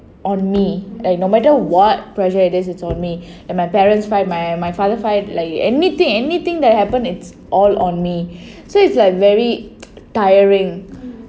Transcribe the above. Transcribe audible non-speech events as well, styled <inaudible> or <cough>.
on me like no matter what pressure it is it's on me my parents fight my my father fight like anything anything that happen is all on me so it's like very <noise> tiring